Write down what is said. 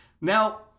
Now